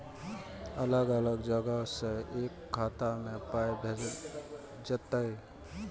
अलग अलग जगह से एक खाता मे पाय भैजल जेततै?